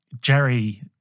Jerry